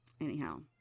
anyhow